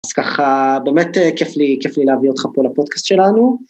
אז ככה באמת כיף לי להביא אותך פה לפודקאסט שלנו.